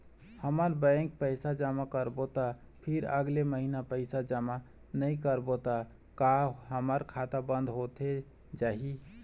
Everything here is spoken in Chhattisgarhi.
हमन बैंक पैसा जमा करबो ता फिर अगले महीना पैसा जमा नई करबो ता का हमर खाता बंद होथे जाही?